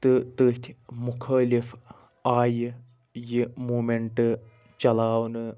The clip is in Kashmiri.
تہٕ تٔتھۍ مُخٲلِف آیہِ یہِ موٗمیٚنٹہٕ چلاونہٕ